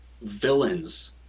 villains